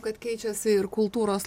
kad keičiasi ir kultūros